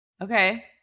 Okay